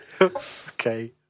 Okay